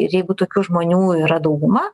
ir jeigu tokių žmonių yra dauguma